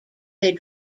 they